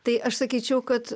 tai aš sakyčiau kad